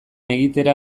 egitera